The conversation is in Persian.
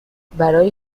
برای